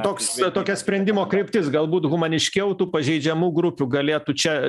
toks tokia sprendimo kryptis galbūt humaniškiau tų pažeidžiamų grupių galėtų čia